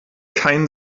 kein